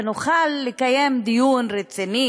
ונוכל לקיים דיון רציני,